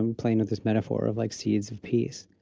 um playing with this metaphor of like seeds of peace,